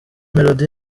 melody